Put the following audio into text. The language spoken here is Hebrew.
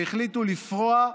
שהחליטו לפרוע,